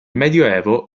medioevo